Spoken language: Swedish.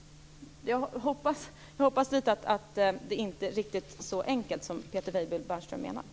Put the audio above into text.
Jag hoppas att Peter Weibull Bernström inte menar att det är riktigt så enkelt.